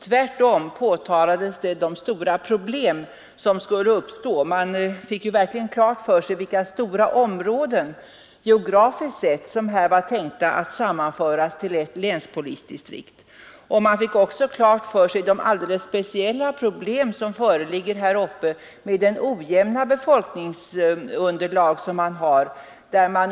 Tvärtom påtalades de stora problem som skulle uppstå. Man fick verkligen klart för sig vilka geografiskt sett stora områden som här var tänkta att sammanföras till ett länspolisdistrikt. Man fick också klart för sig de alldeles speciella problem som föreligger här uppe med det ojämna befolkningsunderlaget.